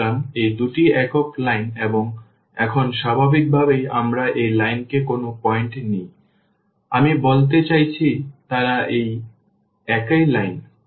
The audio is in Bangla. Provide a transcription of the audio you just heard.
সুতরাং এই দুটি একই লাইন এবং এখন স্বাভাবিকভাবেই আমরা এই লাইনে যে কোনও পয়েন্ট নিই আমি বলতে চাইছি তারা একই লাইন